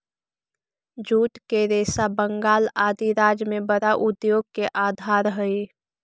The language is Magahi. जूट के रेशा बंगाल आदि राज्य में बड़ा उद्योग के आधार हई